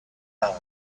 time